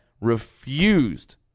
refused